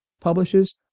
publishes